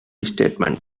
statement